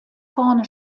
vorne